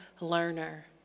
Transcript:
learner